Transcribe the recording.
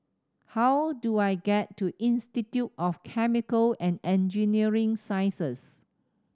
how do I get to Institute of Chemical and Engineering Sciences